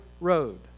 road